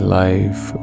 life